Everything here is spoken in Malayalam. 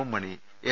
എം മണി എം